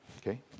Okay